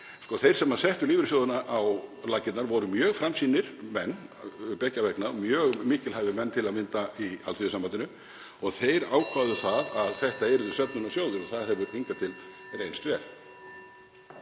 Þeir sem settu lífeyrissjóðina á laggirnar voru mjög framsýnir menn beggja vegna, mjög mikilhæfir menn, til að mynda í Alþýðusambandinu. Þeir ákváðu að þetta yrðu söfnunarsjóðir og það hefur hingað til reynst vel.